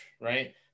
right